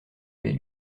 avait